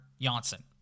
Janssen